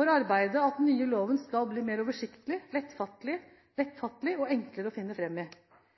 for arbeidet at den nye loven skal bli mer oversiktlig, lettfattelig og enklere å finne fram i.